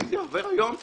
אם זה עובר היום,